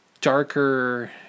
darker